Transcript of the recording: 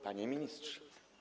Panie Ministrze!